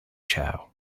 chow